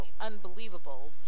unbelievable